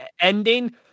ending